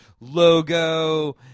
logo